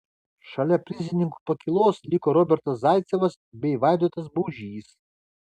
šalia prizininkų pakylos liko robertas zaicevas bei vaidotas baužys